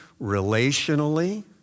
relationally